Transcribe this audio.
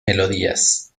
melodías